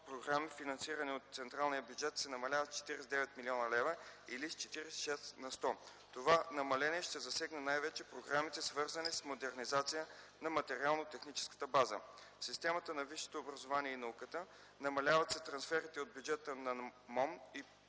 програми, финансирани от централния бюджет, се намаляват с 49 млн. лв. или 46 на сто. Това намаление ще засегне най-вече програмите, свързани с модернизация на материално-техническата база. - В системата на висшето образование и науката: намаляват се трансферите от бюджета на